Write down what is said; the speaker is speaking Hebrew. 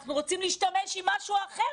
אנחנו רוצים להשתמש במשהו אחר,